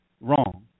wrong